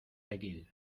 tequil